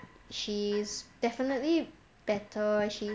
she's definitely better she